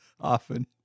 Often